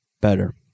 Better